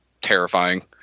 terrifying